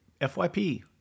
FYP